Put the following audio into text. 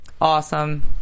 awesome